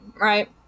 right